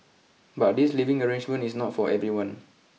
but this living arrangement is not for everyone